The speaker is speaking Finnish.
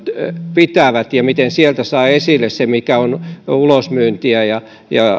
pitävät ja miten sieltä saa esille sen mikä on ulosmyyntiä ja